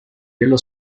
dello